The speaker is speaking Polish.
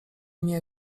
nie